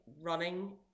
running